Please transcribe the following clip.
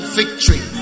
victory